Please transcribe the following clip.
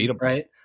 right